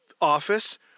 office